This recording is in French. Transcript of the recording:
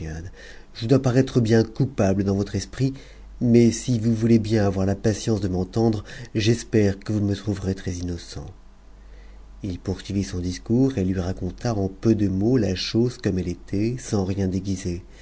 je dois paraître bien coupable dausvof esprit mais si vous voulez bien avoir la patience de m'entendre j'espère que vous me trouverez très innocent h poursuivit son discours et hu raconta en peu de mots la chose comme elle était sans rien dëguisf